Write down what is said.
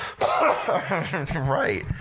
right